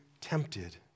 tempted